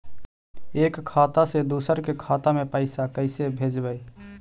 एक खाता से दुसर के खाता में पैसा कैसे भेजबइ?